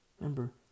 Remember